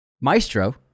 Maestro